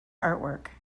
artwork